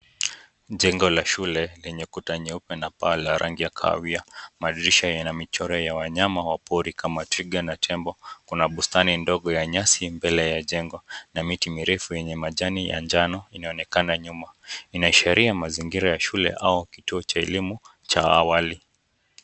Jengo la shule lenye kuta nyeupe na paa la rangi ya kahawia, madirisha yana michoro ya wanyama wa pori kama twiga na tembo, kuna bustani ndogo ya nyasi mbele ya jengo na miti mirefu yenye majani ya njano inayoonekana nyuma. Inaashiria mazingira ya shule au kituo cha elimu cha awali.